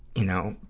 you know,